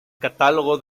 catálogo